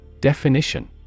Definition